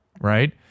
right